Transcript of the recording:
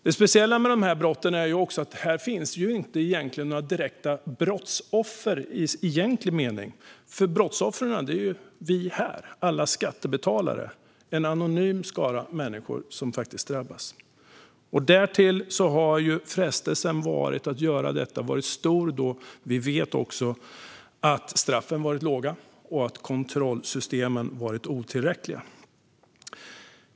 Det speciella med dessa brott är också att det inte finns några direkta brottsoffer, för brottsoffren är alla vi skattebetalare. Det är alltså en anonym skara människor som drabbas. Dessutom har straffen varit låga och kontrollsystemen otillräckliga.